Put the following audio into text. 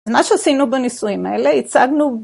מה שעשינו בניסויים האלה הצגנו